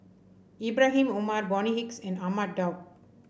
Ibrahim Omar Bonny Hicks and Ahmad Daud